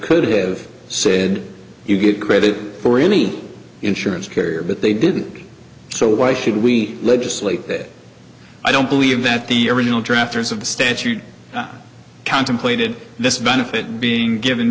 could have said you get credit for any insurance carrier but they didn't so why should we legislate that i don't believe that the original drafters of the statute contemplated this benefit being given